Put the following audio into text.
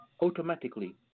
Automatically